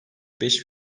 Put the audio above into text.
beş